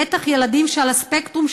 בטח ילדים שעל הספקטרום,